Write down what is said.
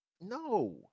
No